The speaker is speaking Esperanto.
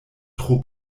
tro